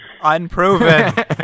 Unproven